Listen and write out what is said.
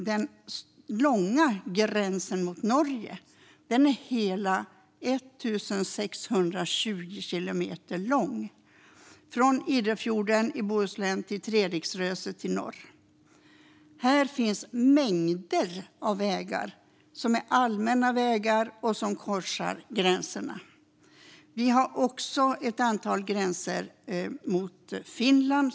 Men gränsen mot Norge är hela 1 620 kilometer lång, från Idefjorden i Bohuslän till Treriksröset i norr. Här finns mängder av vägar som är allmänna och som korsar gränserna. Vi har också ett antal gränsövergångar till Finland.